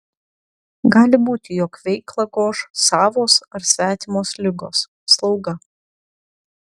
gali būti jog veiklą goš savos ar svetimos ligos slauga